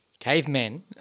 Cavemen